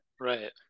Right